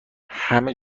همه